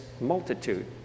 multitude